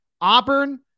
Auburn